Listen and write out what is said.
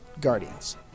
Guardians